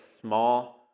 small